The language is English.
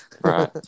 Right